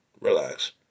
Relax